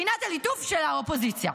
פינת הליטוף של האופוזיציה.